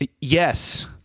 Yes